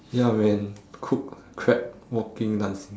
ya man cooked crab walking dancing